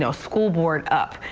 so school board up.